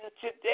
today